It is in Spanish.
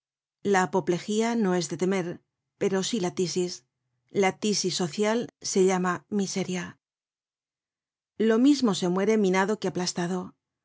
la apoplegía no es de temer pero sí la tisis la tisis social se llama miseria lo mismo se muere minado que aplastado